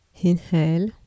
inhale